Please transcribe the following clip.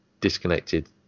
disconnected